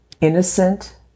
innocent